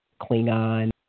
Klingon